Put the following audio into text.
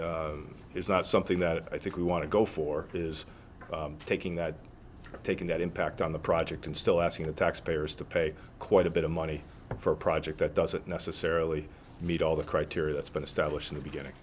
is not something that i think we want to go for is taking that taking that impact on the project and still asking the taxpayers to pay quite a bit of money for a project that doesn't necessarily meet all the criteria that's been established in the beginning